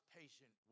patient